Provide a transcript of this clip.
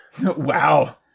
Wow